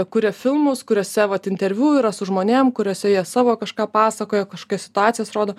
kuria filmus kuriuose vat interviu yra su žmonėm kuriuose jie savo kažką pasakoja kažkokias situacijas rodo